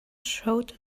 showed